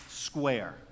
Square